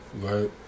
right